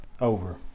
over